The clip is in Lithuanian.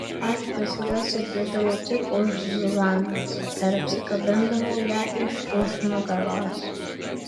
aš visada sėdėdavau tik už zuzanos ir apsikabindavau ją iš už nugaros